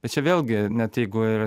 tai čia vėlgi net jeigu ir